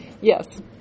Yes